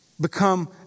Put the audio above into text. become